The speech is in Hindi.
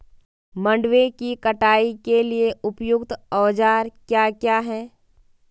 मंडवे की कटाई के लिए उपयुक्त औज़ार क्या क्या हैं?